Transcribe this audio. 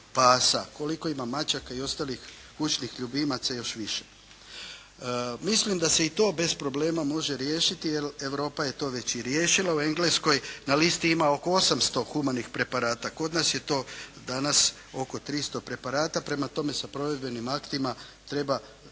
pasa. Koliko ima mačaka i ostalih kućnih ljubimaca još više. Mislim da se i to bez problema može riješiti jer Europa je to već i riješila. U Engleskoj na listi ima oko 800 humanih preparata. Kod nas je to danas oko 300 preparata. Prema tome sa provedbenim aktima treba